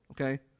okay